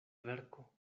verko